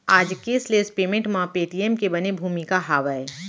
आज cashless payment म Paytm के बने भूमिका हावय